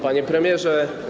Panie Premierze!